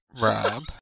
Rob